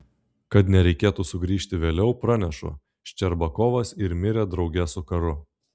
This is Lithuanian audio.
kad nereikėtų sugrįžti vėliau pranešu ščerbakovas ir mirė drauge su karu